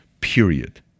Period